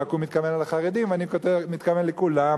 רק הוא מתכוון לחרדים ואני מתכוון לכולם,